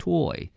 Toy